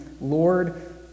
Lord